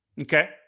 Okay